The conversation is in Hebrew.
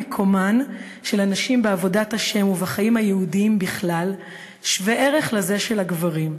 מקומן של הנשים בעבודת ה' ובחיים היהודיים בכלל שווה ערך לזה של הגברים.